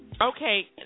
Okay